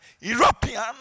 European